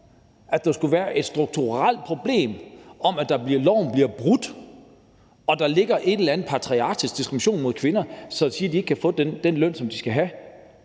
at der skulle være et strukturelt problem, at loven bliver brudt, og at der ligger en eller anden patriarkalsk diskrimination mod kvinder, som siger, at de ikke kan få den løn, som de skal have,